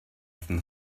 from